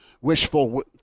wishful